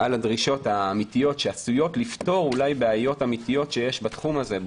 על הדרישות האמיתיות שעשויות אולי לפתור בעיות אמיתיות שיש בתחום הזה,